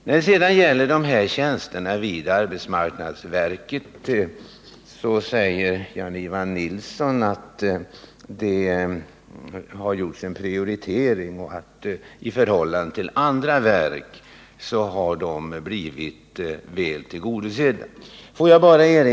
När det sedan gäller tjänsterna vid arbetsmarknadsverket säger Jan-Ivan Nilsson att det har gjorts en prioritering av dessa och att det verket har blivit väl tillgodosett i förhållande till andra myndigheter.